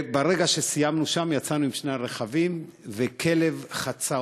ברגע שסיימנו שם יצאנו עם שני הרכבים וכלב חצה,